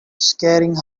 scaring